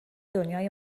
دنیای